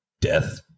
death